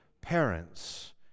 parents